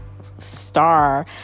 star